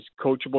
coachable